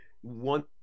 One